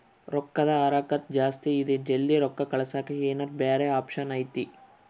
ರೊಕ್ಕದ ಹರಕತ್ತ ಜಾಸ್ತಿ ಇದೆ ಜಲ್ದಿ ರೊಕ್ಕ ಕಳಸಕ್ಕೆ ಏನಾರ ಬ್ಯಾರೆ ಆಪ್ಷನ್ ಐತಿ?